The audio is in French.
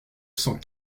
cent